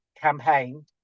campaign